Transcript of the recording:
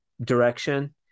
direction